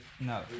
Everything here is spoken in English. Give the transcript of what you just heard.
No